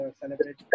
celebrate